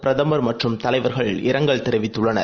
பிரதமர்மற்றும்தலைவர்கள்இரங்கல்தெரிவித்துள்ளனர்